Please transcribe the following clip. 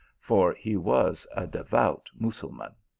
for he was a devout mussulman